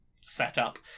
setup